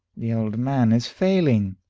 the old man is failing.